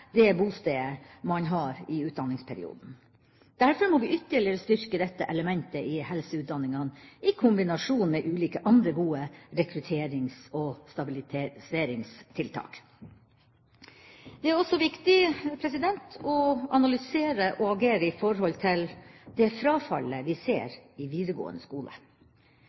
det bostedet man har i utdanningsperioden. Derfor må vi ytterligere styrke dette elementet i helseutdanningene, i kombinasjon med ulike andre gode rekrutterings- og stabiliseringstiltak. Det er også viktig å analysere og agere når det gjelder det frafallet vi ser i videregående skole.